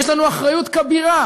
יש לנו אחריות כבירה